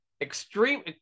extreme